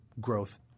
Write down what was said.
growth